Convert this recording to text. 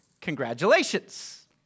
congratulations